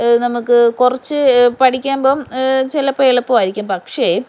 നമുക്ക് കുറച്ച് പഠിക്കുമ്പം ചിലപ്പം എളുപ്പം ആയിരിക്കും പക്ഷേ